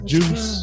Juice